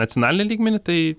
nacionalinį lygmenį tai